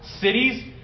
cities